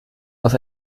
aus